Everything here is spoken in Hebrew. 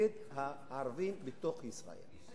נגד הערבים בתוך ישראל.